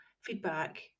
feedback